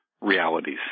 realities